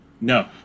No